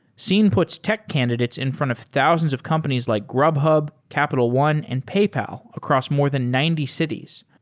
seen puts tech candidates in front of thousands of companies like grubhub, capital one, and paypal across more than ninety cities.